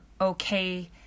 okay